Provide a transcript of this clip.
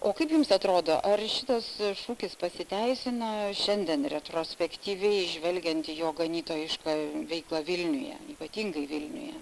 o kaip jums atrodo ar šitas šūkis pasiteisina šiandien retrospektyviai žvelgiant į jo ganytojišką veiklą vilniuje ypatingai vilniuje